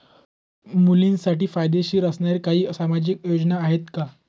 मुलींसाठी फायदेशीर असणाऱ्या काही सामाजिक योजना आहेत का?